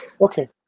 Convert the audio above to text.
Okay